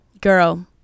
Girl